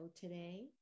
today